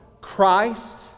Christ